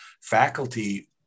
faculty